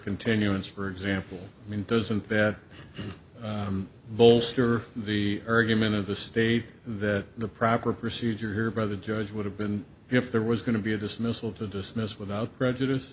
continuance for example i mean doesn't that bolster the irgun men of the state that the proper procedure here by the judge would have been if there was going to be a dismissal to dismiss without prejudice